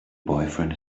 boyfriend